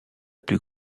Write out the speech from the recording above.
plus